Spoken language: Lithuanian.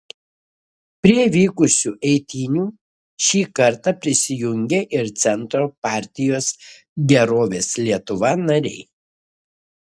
prie vykusių eitynių šį kartą prisijungė ir centro partijos gerovės lietuva nariai